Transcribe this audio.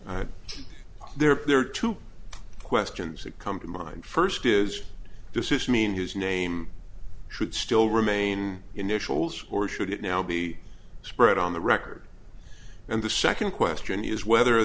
months there are two questions that come to mind first is desist mean his name should still remain initials or should it now be spread on the record and the second question is whether